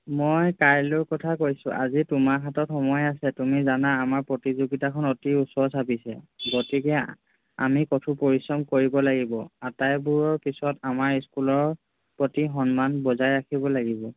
মই কাইলৈ কথা কৈছোঁ আজি তোমাৰ হাতত সময় আছে তুমি জানা আমাৰ প্ৰতিযোগিতাখন অতি ওচৰ চাপিছে গতিকে আমি কঠোৰ পৰিশ্ৰম কৰিব লাগিব আটাইবোৰৰ পিছত আমাৰ স্কুলৰ প্ৰতি সন্মান বজাই ৰাখিব লাগিব